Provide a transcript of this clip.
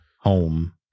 home